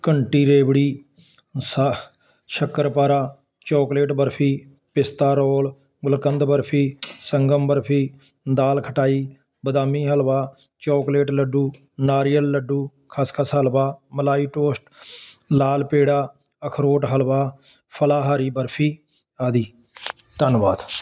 ਘੰਟੀ ਰੇਵੜੀ ਸਾਹ ਸ਼ੱਕਰਪਾਰਾ ਚੋਕਲੇਟ ਬਰਫ਼ੀ ਪਿਸਤਾ ਰੋਲ ਗੁਲਕੰਦ ਬਰਫ਼ੀ ਸੰਗਮ ਬਰਫ਼ੀ ਦਾਲ ਖਟਾਈ ਬਦਾਮੀ ਹਲਵਾ ਚੌਕਲੇਟ ਲੱਡੂ ਨਾਰੀਅਲ ਲੱਡੂ ਖ਼ਸਖ਼ਸ ਹਲਵਾ ਮਲਾਈ ਟੋਸਟ ਲਾਲ ਪੇੜਾ ਅਖਰੋਟ ਹਲਵਾ ਫਲਾਹਾਰੀ ਬਰਫ਼ੀ ਆਦਿ ਧੰਨਵਾਦ